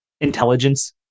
intelligence